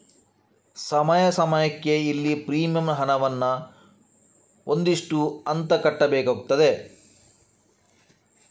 ಸಮಯ ಸಮಯಕ್ಕೆ ಇಲ್ಲಿ ಪ್ರೀಮಿಯಂ ಹಣವನ್ನ ಒಂದು ಇಷ್ಟು ಅಂತ ಕಟ್ಬೇಕಾಗ್ತದೆ